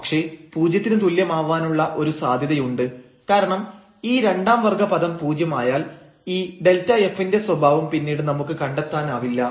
പക്ഷേ പൂജ്യത്തിന് തുല്യമാവാനുള്ള ഒരു സാധ്യതയുണ്ട് കാരണം ഈ രണ്ടാം വർഗ്ഗ പദം പൂജ്യമായാൽ ഈ Δf ന്റെ സ്വഭാവം പിന്നീട് നമുക്ക് കണ്ടെത്താനാവില്ല